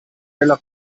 della